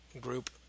group